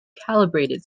calibrated